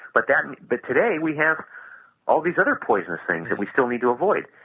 but that but today, we have all these other poisonous things that we still need to avoid,